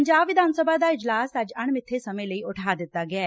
ਪੰਜਾਬ ਵਿਧਾਨ ਸਭਾ ਦਾ ਇਜਲਾਸ ਅੱਜ ਅਣਸਿੱਥੇ ਸਮੇਂ ਲਈ ਉਠਾ ਦਿੱਤਾ ਗਿਐ